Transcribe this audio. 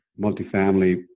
multifamily